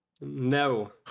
No